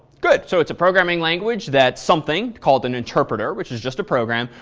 good. so, it's a programming language that something called an interpreter, which is just a program,